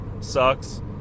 sucks